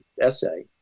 essay